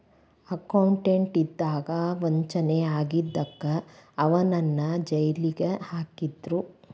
accountant ಇಂದಾ ವಂಚನೆ ಆಗಿದಕ್ಕ ಅವನ್ನ್ ಜೈಲಿಗ್ ಹಾಕಿದ್ರು